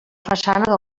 façana